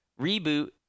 reboot